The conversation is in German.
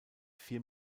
vier